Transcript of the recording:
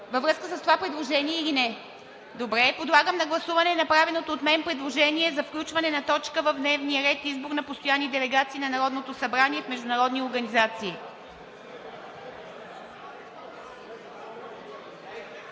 на Народното събрание. Подлагам на гласуване направеното от мен предложение за включване на точка в дневния ред – Избор на постоянни делегации на Народното събрание в международни организации.